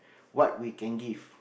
what we can give